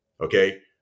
okay